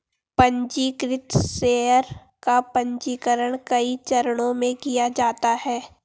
पन्जीकृत शेयर का पन्जीकरण कई चरणों में किया जाता है